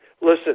listen